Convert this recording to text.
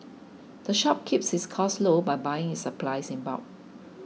the shop keeps its costs low by buying its supplies in bulk